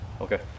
Okay